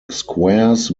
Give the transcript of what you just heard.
squares